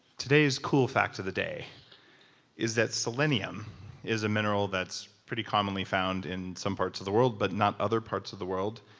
today's cool fact of the day is that selenium is a mineral that's pretty commonly found in some parts of the world but not other parts of the world,